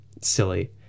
silly